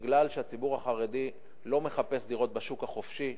מפני שהציבור החרדי לא מחפש דירות בשוק החופשי,